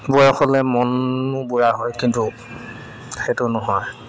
বয়স হ'লে মনো বুঢ়া হয় কিন্তু সেইটো নহয়